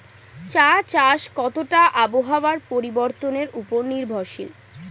চা চাষ কতটা আবহাওয়ার পরিবর্তন উপর নির্ভরশীল?